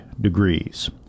degrees